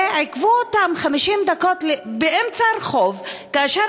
ועיכבו אותן 50 דקות באמצע הרחוב כאשר